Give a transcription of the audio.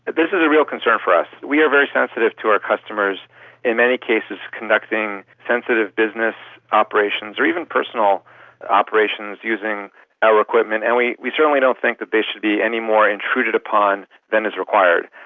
and this is a real concern for us. we are very sensitive to our customers in many cases conducting sensitive business operations or even personal operations using our equipment, and we we certainly don't think that they should be any more intruded upon than is required.